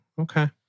okay